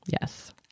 Yes